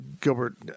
Gilbert